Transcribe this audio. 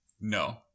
no